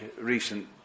recent